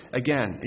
again